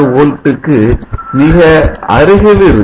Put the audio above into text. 16 Volt க்கு மிக அருகில் இருக்கும்